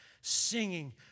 singing